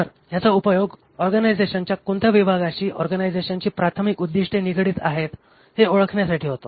तर ह्याचा उपयोग ऑर्गनायझेशनच्या कोणत्या विभागाशी ऑर्गनायझेशनची प्राथमिक उद्दिष्टे निगडीत आहेत हे ओळखण्यासाठी होतो